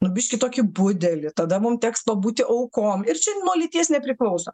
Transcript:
nu biškį tokį budelį tada mum teks būti aukom ir čia nuo lyties nepriklauso